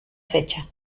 fecha